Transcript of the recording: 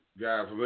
guys